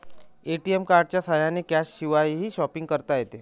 ATM कार्डच्या साह्याने कॅशशिवायही शॉपिंग करता येते